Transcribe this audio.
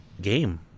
game